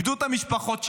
איבדו את המשפחות שלהם,